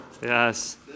Yes